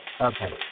Okay